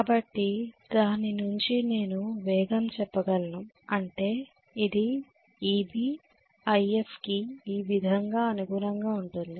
కాబట్టి దాని నుంచి నేను వేగం చెప్పగలను అంటే ఇది Eb If కి ఈ విధంగా అనుగుణంగా ఉంటుంది